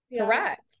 Correct